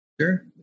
Sure